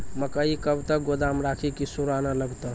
मकई कब तक गोदाम राखि की सूड़ा न लगता?